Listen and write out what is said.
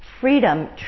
Freedom